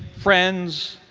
friends,